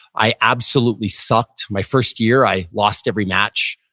i absolutely sucked. my first year i lost every match.